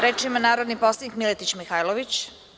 Reč ima narodni poslanik Miletić Mihajlović.